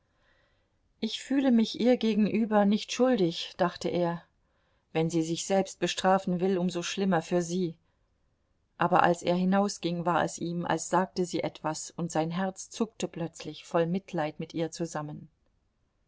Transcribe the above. ich fühle mich ihr gegenüber nicht schuldig dachte er wenn sie sich selbst bestrafen will um so schlimmer für sie aber als er hinausging war es ihm als sagte sie etwas und sein herz zuckte plötzlich voll mitleid mit ihr zusammen